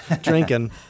drinking